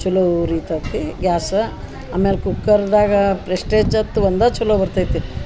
ಚಲೋ ಉರಿತತಿ ಗ್ಯಾಸ ಆಮೇಲೆ ಕುಕ್ಕರ್ದಾಗಾ ಪ್ರೆಸ್ಟೀಜತ್ ಒಂದು ಚಲೋ ಬರ್ತೈತಿ